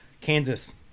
Kansas